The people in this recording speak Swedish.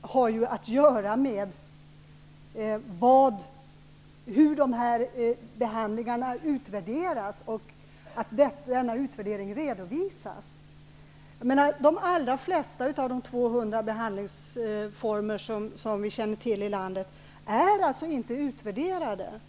har att göra med hur dessa behandlingar utvärderats och med att denna utvärdering redovisas. De allra flesta av de 200 behandlingsformer som vi känner till i landet är alltså inte utvärderade.